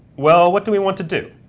well, what do we want to do?